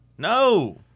No